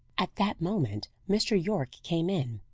at that moment mr. yorke came in.